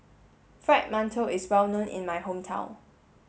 fried Mantou is well known in my hometown